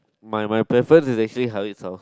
my my preference is actually Harried's house